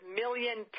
million